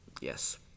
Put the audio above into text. Yes